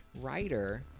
writer